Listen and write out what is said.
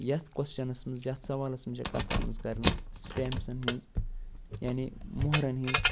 یَتھ کۄسچنس منٛز یَتھ سَوالس منٛز چھےٚ کتھ آمٕژ کرنہٕ سِٹٮ۪مپسَن ہِنٛز یعنی مۄہرن ہِنٛز